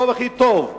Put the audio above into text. שהוא לא הכי טוב.